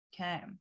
okay